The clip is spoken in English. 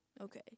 Okay